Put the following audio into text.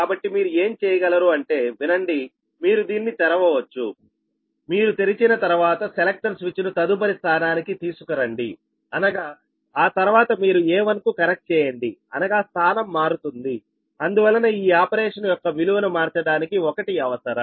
కాబట్టి మీరు ఏం చేయగలరు అంటేవినండి మీరు దీన్ని తెరవవచ్చుమీరు తెరిచిన తర్వాత సెలెక్టర్ స్విచ్ను తదుపరి స్థానానికి తీసుకురండి అనగా ఆ తర్వాత మీరు A1 కు కనెక్ట్ చేయండి అనగా స్థానం మారుతుంది అందువలన ఈ ఆపరేషన్ యొక్క విలువను మార్చడానికి 1 అవసరం